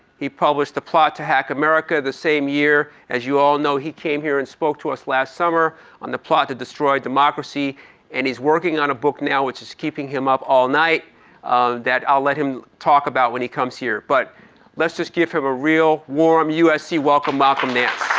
he published the plot to hack america the same year. as you all know, he came here and spoke to us last summer on the plot to destroy democracy and he's working on a book now which is keeping him up all night um that i'll let him talk about when he comes here. but let's just give him a real warm usc welcome, malcolm nance.